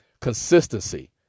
consistency